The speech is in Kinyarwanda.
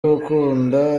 gukunda